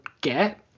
get